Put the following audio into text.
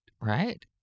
right